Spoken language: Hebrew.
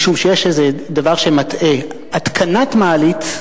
משום שיש איזה דבר שמטעה: התקנת מעלית,